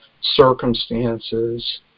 circumstances